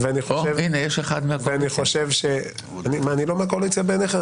בעיניכם אני לא מהקואליציה?